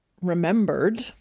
remembered